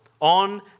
On